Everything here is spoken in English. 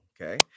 okay